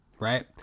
Right